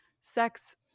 sex